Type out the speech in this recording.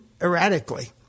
erratically